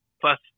plus